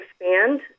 expand